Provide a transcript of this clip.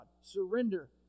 Surrender